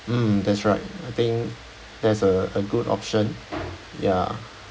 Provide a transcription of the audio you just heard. mm that's right I think that's a a good option ya